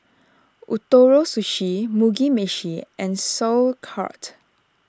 Ootoro Sushi Mugi Meshi and Sauerkraut